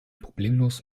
problemlos